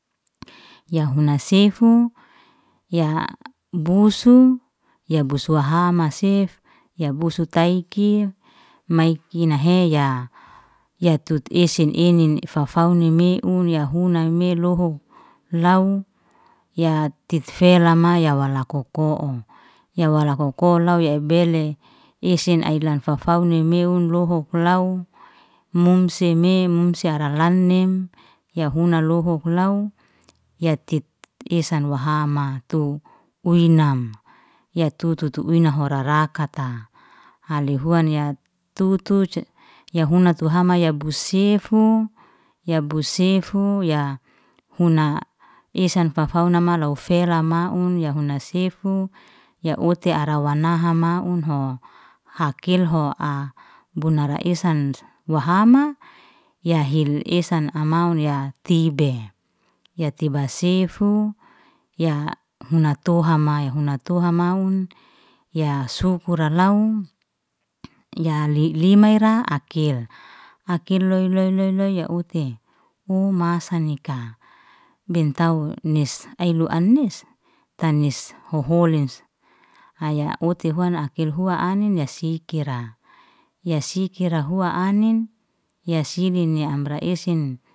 Ya huna sefu ya busu ya busua wahama sef, ya busu taiki mai kinahe ya- ya tu esen enin fau- fauni meun ya huna meloho law, ya tit fela maya ya wala koko'o, ya wala koko law ya ebele esen ailan fau- fauni meun lohuk law. Munsia me munsia ara lanim ya huna lohuk law ya esan wahamato ui nam, ya tu tutu ui nahora ra katara. Hali huan ya tutuj ya huna tu hama ya bus sefu, ya bus sefu ya huna esan fau- fau na malaw fela maun, ya hunasefu ya uti ara wanaha maun'ho hakelho bunara esan wahama ya hil esan amaun ya tibe, ya tibe sefu ya huna toha mae huna toha maun, ya sukura law, ya li- lima ira akel, akel loy loy loy loy ya uti, u masa nika. Bentau nis ai lua anis, tanis hoholis haya ote huan akel hua anin ya sikira, ya sikira hua anin ya sinin ya amra esen.